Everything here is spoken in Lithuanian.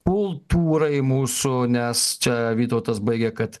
kultūrai mūsų nes čia vytautas baigė kad